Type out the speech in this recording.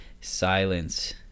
silence